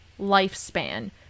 lifespan